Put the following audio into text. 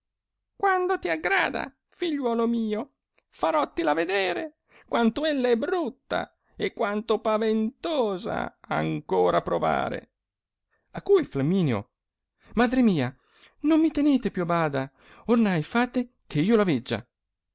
quando ti aggrada figliuolo mio farottila vedere quanto ella è brutta e quanto paventosa ancora provare a cui flamminio madre mia non mi tenete più a bada ornai fate che io la veggia